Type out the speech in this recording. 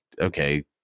okay